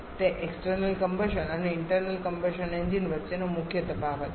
તે external combustion અને internal combustion engine વચ્ચેનો મુખ્ય તફાવત છે